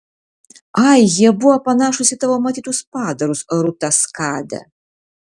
ai jie buvo panašūs į tavo matytus padarus rūta skade